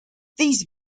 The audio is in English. these